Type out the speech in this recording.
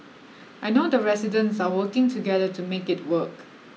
I know the residents are working together to make it work